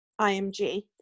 IMG